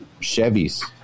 Chevys